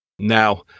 now